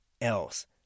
else